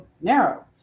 narrow